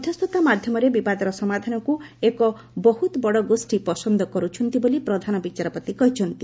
ମଧ୍ୟସ୍ଥତା ମାଧ୍ୟମରେ ବିବାଦର ସମାଧାନକୁ ଏକ ବହୁତ ବଡ଼ ଗୋଷ୍ଠୀ ପସନ୍ଦ କର୍ଛନ୍ତି ବୋଲି ପ୍ରଧାନ ବିଚାରପତି କହିଛନ୍ତି